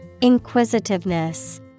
Inquisitiveness